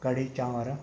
कढ़ी चांवर